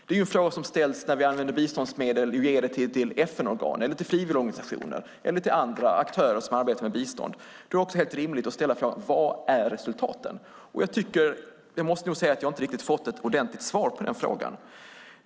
Det är en fråga som ställs när vi använder biståndsmedel och ger dem till FN-organ, frivilligorganisationer eller andra aktörer som arbetar med bistånd. Det är helt rimligt att ställa frågan: Var är resultaten? Jag måste säga att jag inte riktigt har fått ett ordentligt svar på frågan.